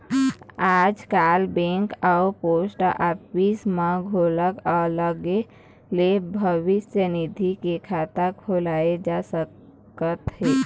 आजकाल बेंक अउ post office म घलोक अलगे ले भविस्य निधि के खाता खोलाए जा सकत हे